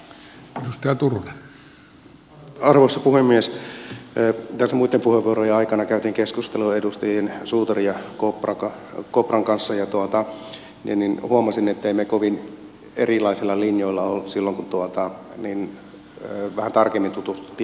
tässä muitten puheenvuorojen aikana käytiin keskustelua edustajien suutari ja kopra kanssa ja huomasin ettemme me kovin erilaisilla linjoilla ole silloin kun vähän tarkemmin tutustuttiin tähän asiaan